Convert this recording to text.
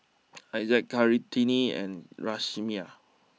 Ishak Kartini and Raisya